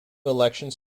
elections